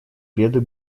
беды